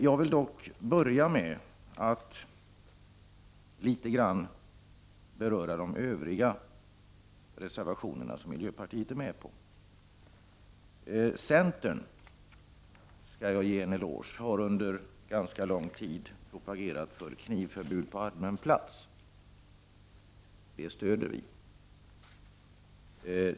Jag vill dock börja med att litet grand beröra de övriga reservationerna som miljöpartiet är med på. Centern, som jag skall ge en eloge, har under ganska lång tid propagerat för knivförbud på allmän plats. Det stöder vi.